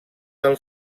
del